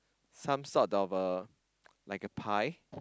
some sort of a like a pie